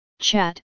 chat